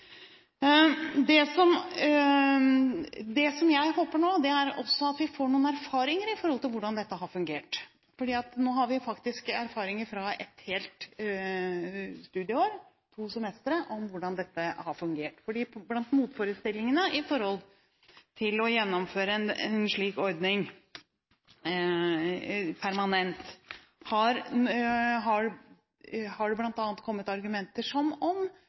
terrorangrepet i Oslo. Det jeg håper nå, er også at vi får noen erfaringer med hvordan dette har fungert. Nå har vi faktisk erfaringer fra et helt studieår – to semestre – med hvordan dette har fungert. Blant motforestillingene når det gjelder å gjennomføre en slik ordning permanent, har det bl.a. vært argumenter som